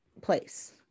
place